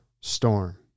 storm